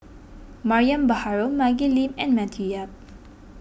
Mariam Baharom Maggie Lim and Matthew Yap